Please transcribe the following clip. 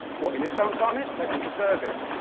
what, in this kind of climate? they don't deserve it.